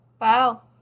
Wow